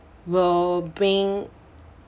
will bring